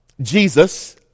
Jesus